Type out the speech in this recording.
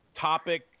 topic